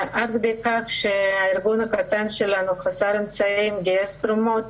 עד כדי כך שהארגון הקטן שלנו וחסר אמצעים גייס תרומות